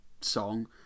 song